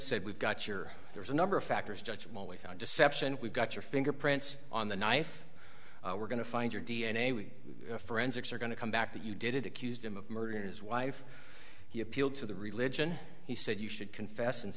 said we've got your there's a number of factors judge well we found deception we've got your fingerprints on the knife we're going to find your d n a we forensics are going to come back that you did it accused him of murdering his wife he appealed to the religion he said you should confess and